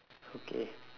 okay